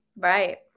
Right